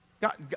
God